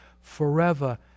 forever